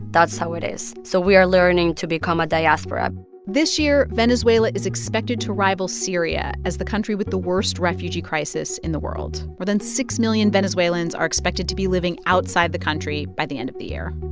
that's how it is. so we are learning to become a diaspora this year, venezuela is expected to rival syria as the country with the worst refugee crisis in the world. more than six million venezuelans are expected to be living outside the country by the end of the year